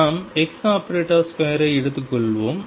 நாம் ⟨x2⟩ ஐ எடுத்துக் கொள்வோம்